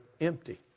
empty